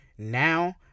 Now